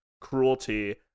cruelty